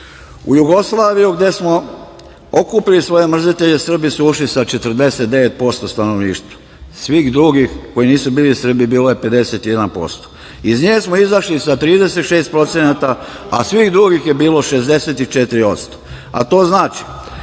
Jugoslaviju, gde smo okupili svoje mrzitelje, Srbi su ušli sa 49% stanovništva, svih drugih koji nisu bili Srbi bilo je 51%. Iz nje smo izašli sa 36%, a svih drugih je bilo 64%, a to znači,